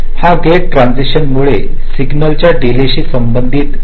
हे gate transition मुळे signal च्या डीले शी संबंधित आहे